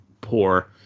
poor